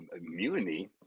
mutiny